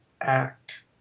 act